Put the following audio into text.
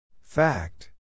Fact